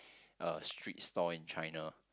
uh street stall in China